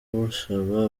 busaba